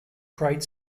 great